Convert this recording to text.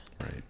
Right